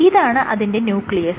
ഇതാണ് അതിന്റെ ന്യൂക്ലിയസ്